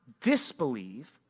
disbelieve